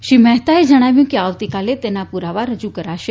શ્રી મહેતાએ જણાવ્યું કે આવતીકાલે તેના પુરાવા રજૂ કરાશે